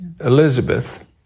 Elizabeth